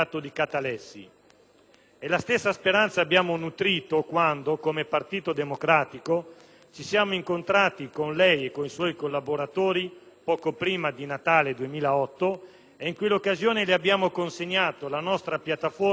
La stessa speranza abbiamo nutrito quando, come Partito Democratico, ci siamo incontrati con lei e con i suoi collaboratori, poco prima di Natale 2008 e in quella occasione le abbiamo consegnato la nostra piattaforma sulla giustizia,